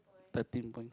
thirteen points